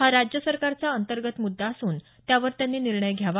हा राज्य सरकाचा अंतर्गत मुद्दा असून त्यावर त्यांनी निर्णय घ्यावा